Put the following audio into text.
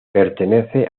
pertenece